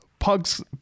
pugs